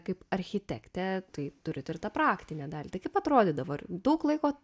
kaip architekte tai turi tvirtą praktinę dalį tai kaip atrodydavo ir daug laiko